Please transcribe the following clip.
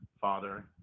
father